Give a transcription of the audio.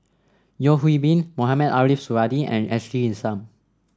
Yeo Hwee Bin Mohamed Ariff Suradi and Ashley Isham